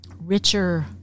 richer